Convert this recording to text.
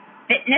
fitness